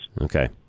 Okay